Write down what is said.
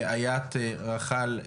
לאיאת רחאל,